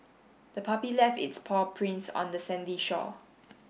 the puppy left its paw prints on the sandy shore